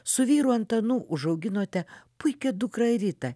su vyru antanu užauginote puikią dukrą ritą